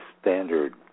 standard